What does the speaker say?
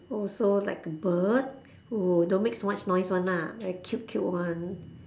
also like a bird who don't make so much noise [one] lah very cute cute [one]